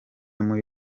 muri